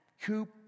coop